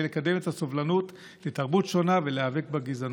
לקדם את הסובלנות לתרבות שונה ולהיאבק בגזענות.